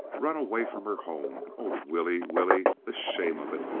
run away from her home. oh, willie, willie! the shame of it!